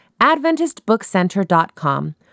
AdventistBookCenter.com